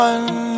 One